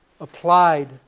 applied